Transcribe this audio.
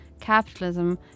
capitalism